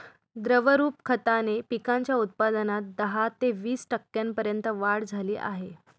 द्रवरूप खताने पिकांच्या उत्पादनात दहा ते वीस टक्क्यांपर्यंत वाढ झाली आहे